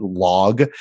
log